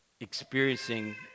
experiencing